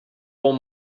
whole